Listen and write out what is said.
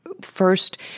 first